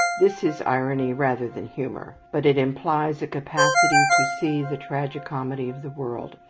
this is irony rather than humour, but it implies a capacity to see the tragi-comedy of the world,